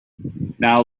now